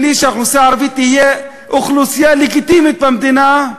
בלי שהאוכלוסייה הערבית תהיה אוכלוסייה לגיטימית במדינה,